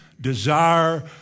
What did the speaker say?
desire